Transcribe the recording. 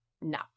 no